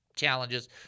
challenges